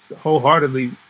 wholeheartedly